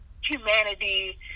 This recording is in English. humanity